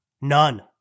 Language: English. None